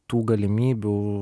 tų galimybių